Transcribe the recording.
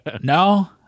No